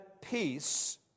peace